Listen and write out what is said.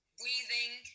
breathing